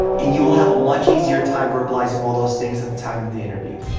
and you will have a much easier time verbalizing all those things at the time of the interview.